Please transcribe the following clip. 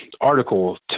article